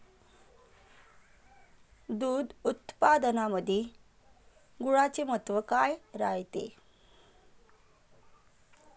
दूध उत्पादनामंदी गुळाचे महत्व काय रायते?